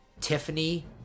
Tiffany